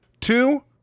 two